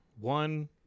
One